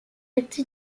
être